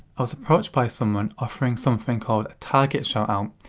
i was approached by someone, offering something called a target shoutout,